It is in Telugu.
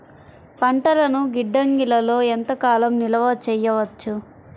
పంటలను గిడ్డంగిలలో ఎంత కాలం నిలవ చెయ్యవచ్చు?